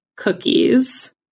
cookies